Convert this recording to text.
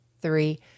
three